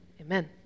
Amen